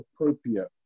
appropriate